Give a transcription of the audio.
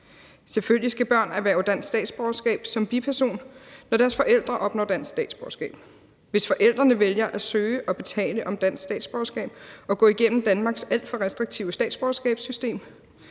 Selvfølgelig skal børn erhverve dansk statsborgerskab som biperson, når deres forældre opnår dansk statsborgerskab. Hvis forældrene vælger at søge om dansk statsborgerskab og gå igennem Danmarks alt for restriktive statsborgerskabssystem,